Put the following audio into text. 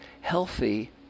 healthy